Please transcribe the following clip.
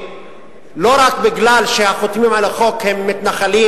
לא רק משום שהחותמים על החוק הם מתנחלים